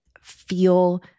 feel